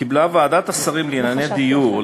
קיבלה ועדת השרים לענייני דיור,